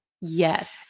Yes